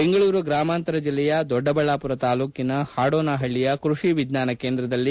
ಬೆಂಗಳೂರು ಗ್ರಾಮಾಂತರ ಜಿಲ್ಲೆಯ ದೊಡ್ಡಬಳ್ಳಾಮರ ತಾಲ್ಲೂಕಿನ ಪಾಡೋನಪಳ್ಳಿಯ ಕೃಷಿ ವಿಜ್ಞಾನ ಕೇಂದ್ರದಲ್ಲಿ